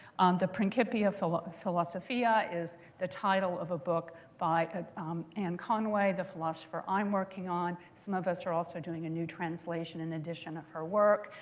the principia so ah philosophiae ah is the title of a book by ah um anne conway, the philosopher i'm working on. some of us are also doing a new translation in addition of her work.